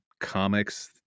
comics